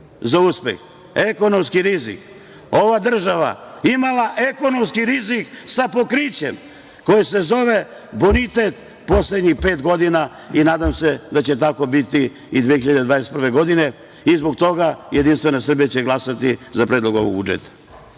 za uspeh, ekonomski rizik. Ova država imala ekonomski rizik sa pokrićem koje se zove bonitet poslednjih pet godina i nadam se da će tako biti i 2021. godine. Zbog toga JS će glasati za Predlog ovog budžeta.